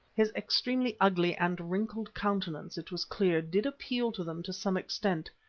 his extremely ugly and wrinkled countenance, it was clear, did appeal to them to some extent,